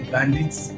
Bandits